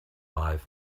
live